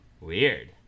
Weird